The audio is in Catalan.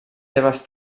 seves